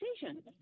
decision